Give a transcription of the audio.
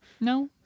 No